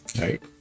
right